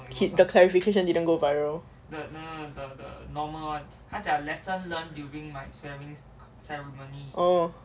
kit the clarification didn't go viral oh